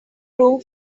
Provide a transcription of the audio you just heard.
room